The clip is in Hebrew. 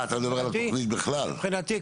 מבחינתי,